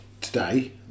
today